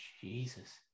Jesus